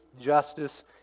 justice